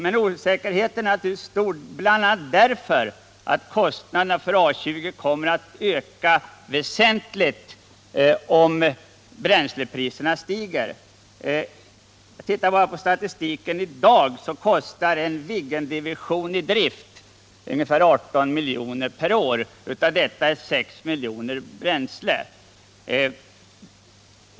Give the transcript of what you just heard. Men osäkerhet finns bl.a. därför att kostnaderna för A 20 kommer att öka väsentligt om bränslepriserna stiger. Enligt statistiken i dag kostar en Viggendivision i drift ungefär 18 milj.kr. per år, av vilket 6 milj. är bränslekostnader.